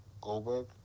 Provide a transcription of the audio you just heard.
Goldberg